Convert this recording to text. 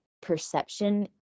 perception